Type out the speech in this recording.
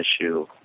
issue